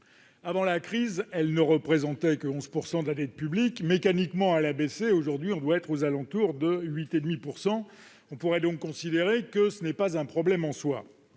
Avant la crise, elle ne représentait que 11 % de la dette publique. Mécaniquement, elle a baissé et, aujourd'hui, elle doit se situer aux alentours de 8,5 %. On pourrait donc considérer que ce n'est pas vraiment